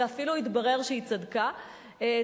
ואפילו התברר שהיא צדקה,